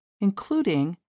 including